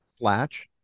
Latch